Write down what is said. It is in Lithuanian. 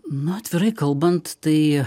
na atvirai kalbant tai